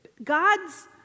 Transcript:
God's